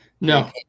No